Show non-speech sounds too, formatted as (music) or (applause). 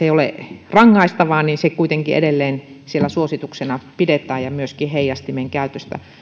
(unintelligible) ei ole rangaistavaa niin se kuitenkin edelleen siellä suosituksena pidetään ja myöskin heijastimen käytöstä